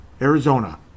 Arizona